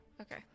okay